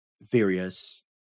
various